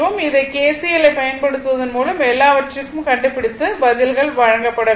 இதைப் kcl ஐப் பயன்படுத்துவதன் மூலம் எல்லாவற்றையும் கண்டுபிடித்து பதில்கள் வழங்கப்பட வேண்டும்